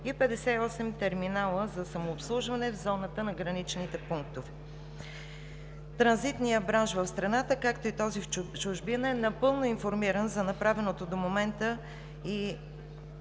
и 58 терминала за самообслужване в зоната на граничните пунктове. Транзитният бранш в страната, както и този в чужбина, е напълно информиран за направеното до момента по